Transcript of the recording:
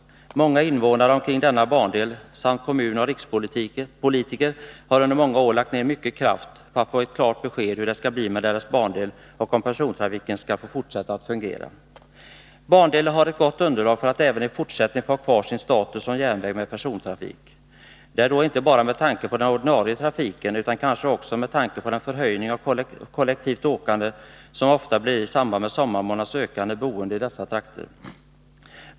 Många invånare omkring denna bandel samt kommunoch rikspolitiker har under många år lagt ner mycket kraft på att få ett klart besked om hur det skall bli med deras bandel och om persontrafiken skall få fortsätta att fungera. Bandelen har ett gott underlag för att även i fortsättningen få ha kvar sin status som järnväg med persontrafik — detta inte bara med tanke på den ordinarie trafiken utan kanske också med tanke på den förhöjning av kollektivt åkande som ofta blir fallet i samband med sommarmånadernas ökande boende i dessa trakter.